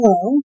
hello